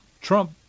Trump